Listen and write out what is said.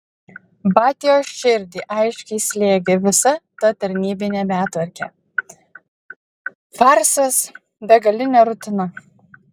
batios širdį aiškiai slėgė visa ta tarnybinė betvarkė farsas begalinė rutina